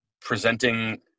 presenting